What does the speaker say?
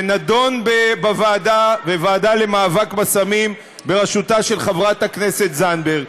וזה נדון בוועדה למאבק בסמים בראשותה של חברת הכנסת זנדברג,